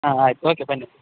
ಹಾಂ ಆಯ್ತು ಓಕೆ ಬನ್ನಿ